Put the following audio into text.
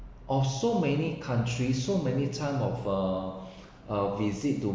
of so many countries so many time of uh uh visit to